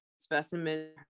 specimen